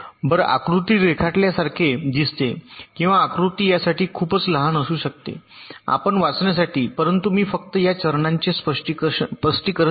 बरं आकृती रेखाटल्यासारखे दिसते किंवा आकृती यासाठी खूपच लहान असू शकते आपण वाचण्यासाठी परंतु मी फक्त या चरणांचे स्पष्टीकरण देईन